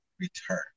return